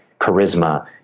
charisma